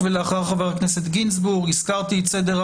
מה עשית בשביל זה, סימון?